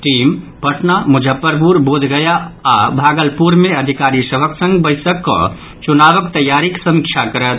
team Patna Muzaffarpur Bodhgaya आओर भागलपुर मे अधिकारी सभक संग बैसक कऽ चुनावक तैयारीक समीक्षा करत